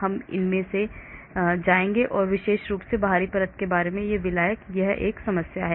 हम इसमें नहीं जाएंगे कि विशेष रूप से बाहरी परत में विलायक में यह समस्या है